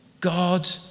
God